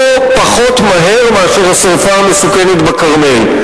לא פחות מהר מהשרפה המסוכנת בכרמל.